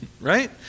right